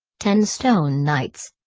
ten stone knights.